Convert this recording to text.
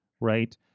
right